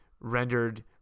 rendered